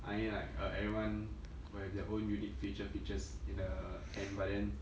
I mean like uh everyone will have their own unique facial features in the end but then